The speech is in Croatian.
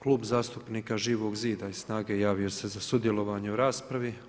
Klub zastupnika Živog zida i SNAGA-e javio se za sudjelovanje u raspravi.